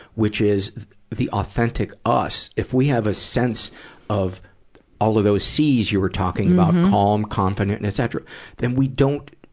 which is the authentic us. if we have a sense of all of those cs you were talking about calm, confident, and etcetera then we don't,